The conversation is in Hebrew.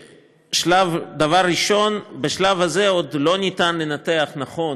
דבר ראשון, בשלב זה עוד אי-אפשר לנתח נכון